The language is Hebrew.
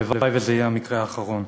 הלוואי שזה יהיה המקרה האחרון.